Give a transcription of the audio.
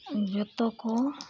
ᱡᱷᱚᱛᱚ ᱠᱚ